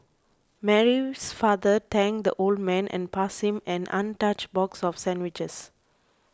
Mary's father thanked the old man and passed him an untouched box of sandwiches